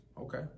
Okay